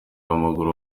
w’amaguru